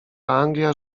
anglia